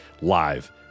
live